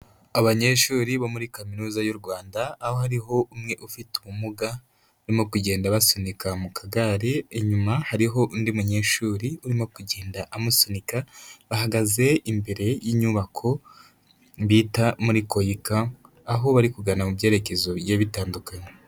Abanyeshuri bo muri kaminuza y'u Rwanda, aho hariho umwe ufite ubumuga barimo kugenda basunika mu kagare, inyuma hariho undi munyeshuri urimo kugenda amusunika, bahagaze imbere y'inyubako bita muri KOIKA, aho bari kugana mu byerekezo bigiye bitandukanye.